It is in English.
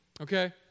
okay